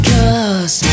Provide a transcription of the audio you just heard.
Cause